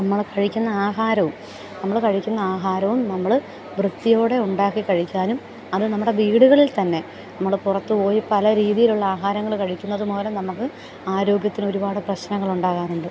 നമ്മൾ കഴിക്കുന്ന ആഹാരവും നമ്മൾ കഴിക്കുന്ന ആഹാരവും നമ്മൾ വൃത്തിയോടെ ഉണ്ടാക്കി കഴിക്കാനും അത് നമ്മുടെ വീടുകളിൽ തന്നെ നമ്മൾ പുറത്ത് പോയി പല രീതിയിലുള്ള ആഹാരങ്ങൾ കഴിക്കുന്നത് മൂലം നമുക്ക് ആരോഗ്യത്തിന് ഒരുപാട് പ്രശ്നങ്ങൾ ഉണ്ടാകാറുണ്ട്